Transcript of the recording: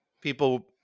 people